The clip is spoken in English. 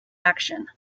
action